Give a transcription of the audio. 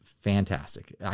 fantastic